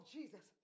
Jesus